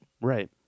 Right